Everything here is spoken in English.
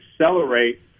accelerate